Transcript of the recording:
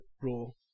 rule